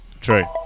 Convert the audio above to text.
True